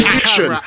action